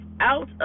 out